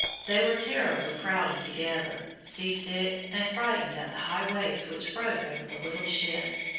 they were terribly crowded together, sea-sick, and frightened at the high waves which broke over the little ship,